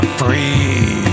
free